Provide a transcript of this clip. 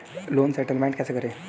Loan settlement कैसे करें?